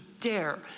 dare